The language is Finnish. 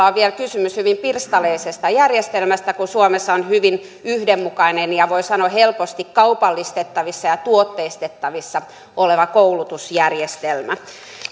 on vielä kysymys hyvin pirstaleisesta järjestelmästä kun suomessa on hyvin yhdenmukainen ja voi sanoa helposti kaupallistettavissa ja tuotteistettavissa oleva koulutusjärjestelmä